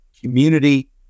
community